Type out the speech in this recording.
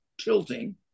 tilting